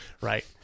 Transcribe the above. right